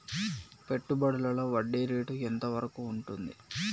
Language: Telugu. పెట్టుబడులలో వడ్డీ రేటు ఎంత వరకు ఉంటది?